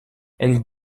and